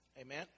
Amen